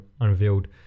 unveiled